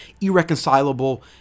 irreconcilable